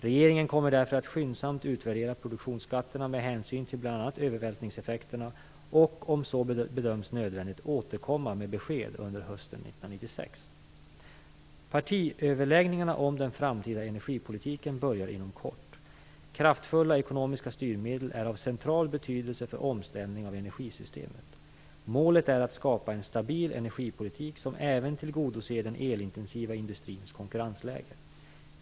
Regeringen kommer därför att skyndsamt utvärdera produktionsskatterna med hänsyn till bl.a. övervältringseffekterna och, om så bedöms nödvändigt, återkomma med besked under hösten 1996. Partiöverläggningarna om den framtida energipolitiken börjar inom kort. Kraftfulla ekonomiska styrmedel är av central betydelse för omställningen av energisystemet. Målet är att skapa en stabil energipolitik som även tillgodoser den elintensiva industrins konkurrensläge.